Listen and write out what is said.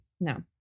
No